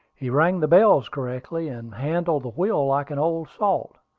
he rang the bells correctly, and handled the wheel like an old salt.